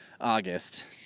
August